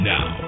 Now